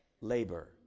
labor